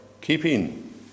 keeping